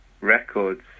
records